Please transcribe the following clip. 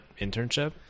internship